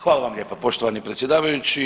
Hvala vam lijepa poštovani predsjedavajući.